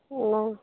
ना